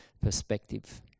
perspective